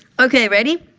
ok? ready?